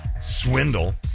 swindle